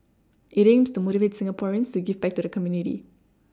it aims to motivate Singaporeans to give back to the community